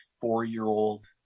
four-year-old